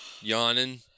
Yawning